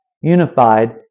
unified